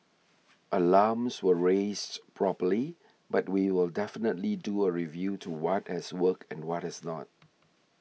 alarms were raised properly but we will definitely do a review to what has worked and what has not